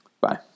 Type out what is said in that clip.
Bye